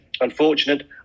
unfortunate